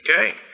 Okay